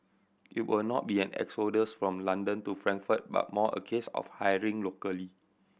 it will not be an exodus from London to Frankfurt but more a case of hiring locally